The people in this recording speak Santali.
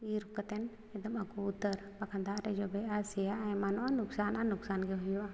ᱤᱨᱠᱟᱛᱮᱫ ᱮᱠᱫᱚᱢ ᱟᱹᱜᱩ ᱩᱛᱟᱹᱨ ᱵᱟᱠᱷᱟᱱ ᱫᱟᱜᱨᱮ ᱡᱚᱵᱮᱜᱼᱟ ᱥᱮᱭᱟᱜᱼᱟ ᱮᱢᱟᱱᱚᱜᱼᱟ ᱞᱚᱠᱥᱟᱱ ᱟᱨ ᱞᱚᱠᱥᱟᱱᱜᱮ ᱦᱩᱭᱩᱜᱼᱟ